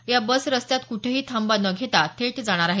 या बस रस्त्यात कुठेही थांबा न घेता थेट जाणार आहेत